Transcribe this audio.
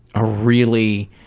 a really